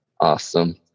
awesome